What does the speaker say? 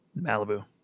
Malibu